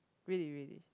really really